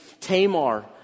Tamar